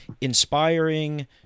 inspiring